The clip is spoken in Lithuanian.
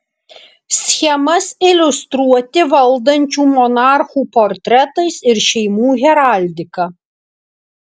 schemas iliustruoti valdančių monarchų portretais ir šeimų heraldika